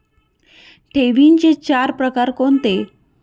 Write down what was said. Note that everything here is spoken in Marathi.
ठेवींचे चार प्रकार कोणते?